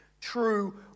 true